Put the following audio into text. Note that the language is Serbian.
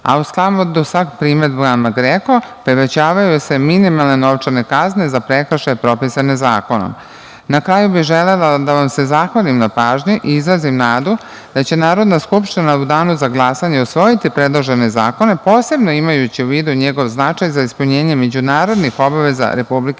a u skladu sa primedbama GREKO povećavaju se minimalne novčane kazne za prekršaje propisane zakonom. Na kraju bih želela da vam se zahvalim na pažnji i izrazim nadu da će Narodna skupština u danu za glasanje usvojiti predloženi zakon, posebno imaju u vidu njegov značaj za ispunjenje međunarodnih obaveza Republike